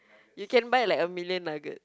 you can buy like a million nugget